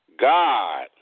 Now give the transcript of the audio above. God